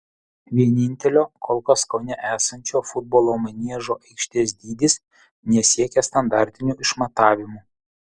vienintelio kol kas kaune esančio futbolo maniežo aikštės dydis nesiekia standartinių išmatavimų